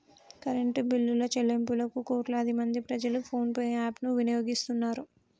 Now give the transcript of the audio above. current బిల్లుల చెల్లింపులకు కోట్లాది మంది ప్రజలు ఫోన్ పే యాప్ ను వినియోగిస్తున్నరు